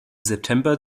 september